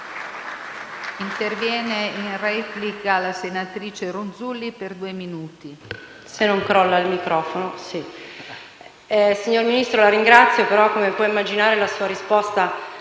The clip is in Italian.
intervenire in replica la senatrice Ronzulli, per due minuti.